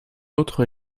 autre